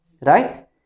right